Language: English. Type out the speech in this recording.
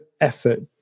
effort